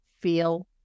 feel